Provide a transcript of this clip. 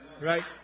Right